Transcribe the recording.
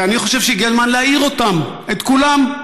ואני חושב שהגיע הזמן להעיר אותם, את כולם,